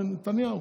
זה נתניהו.